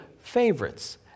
favorites